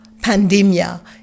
pandemia